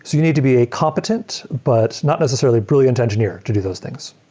you need to be a competence, but not necessarily brilliant engineer to do those things.